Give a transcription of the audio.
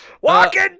walking